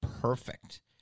perfect